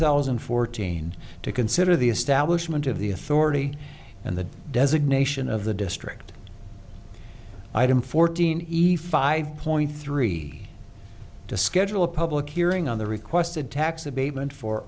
thousand and fourteen to consider the establishment of the authority and the designation of the district item fourteen e file i point three to schedule a public hearing on the requested tax abatement for